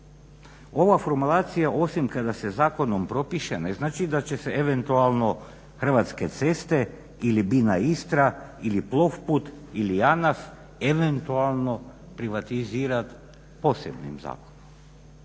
Ova formulacija osim kada se zakonom propiše ne znači da će se eventualno Hrvatske ceste ili … Istra ili … ili JANAF eventualno privatizirat posebnim zakonom.